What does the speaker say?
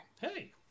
hey